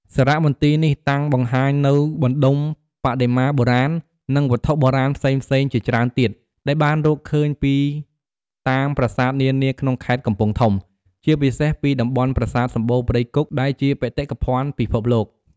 សារមន្ទីរនេះតាំងបង្ហាញនូវបណ្តុំបដិមាបុរាណ និងវត្ថុបុរាណផ្សេងៗជាច្រើនទៀតដែលបានរកឃើញពីតាមប្រាសាទនានាក្នុងខេត្តកំពង់ធំ ជាពិសេសពីតំបន់ប្រាសាទសំបូរព្រៃគុកដែលជាបេតិកភណ្ឌពិភពលោក។